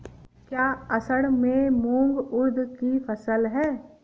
क्या असड़ में मूंग उर्द कि फसल है?